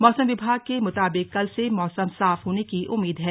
मौसम विभाग के मुताबिक कल से मौसम साफ होने की उम्मीद है